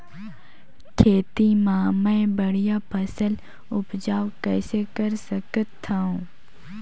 खेती म मै बढ़िया फसल उपजाऊ कइसे कर सकत थव?